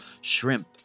shrimp